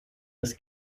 des